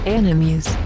enemies